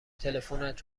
تلفنت